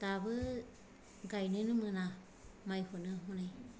दाबो गायनोनो मोना माइखौनो हनै